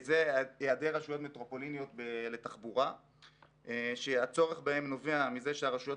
היעדר רשויות מטרופוליניות לתחבורה שהצורך בהם נובע מזה שהרשויות